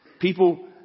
People